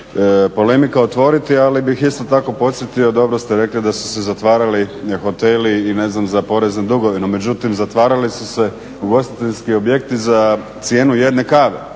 polemika otvoriti, ali bih isto tako podsjetio, dobro ste rekli da su se zatvarali hoteli za porezne dugove, no međutim zatvarali su se ugostiteljski objekti za cijenu jedne kave,